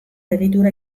egitura